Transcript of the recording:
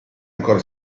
ancora